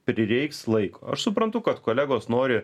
prireiks laiko aš suprantu kad kolegos nori